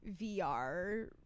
vr